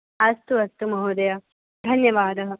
अस्तु अस्तु महोदय धन्यवादः